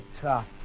tough